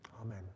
Amen